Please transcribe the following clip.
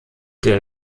der